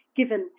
given